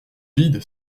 vide